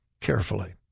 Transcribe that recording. carefully